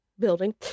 Building